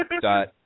dot